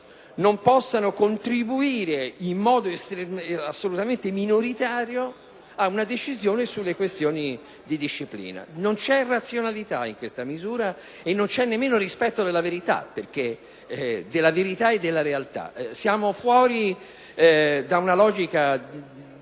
non possano contribuire in modo assolutamente minoritario ad una decisione sulle questioni di disciplina. Non c'è razionalità in questa misura e non c'è nemmeno rispetto della verità e della realtà: siamo fuori da una logica